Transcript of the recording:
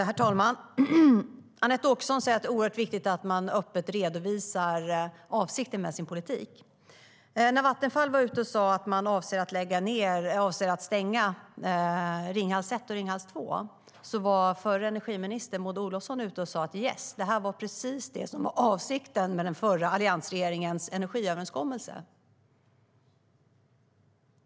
Herr talman! Anette Åkesson säger att det är oerhört viktigt att man öppet redovisar avsikten med sin politik. När Vattenfall sa att man avser att stänga Ringhals 1 och Ringhals 2 var den förra energiministern, Maud Olofsson, ute och sa: Yes, det här var precis det som var avsikten med alliansregeringens energiöverenskommelse.